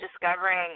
discovering